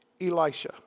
Elisha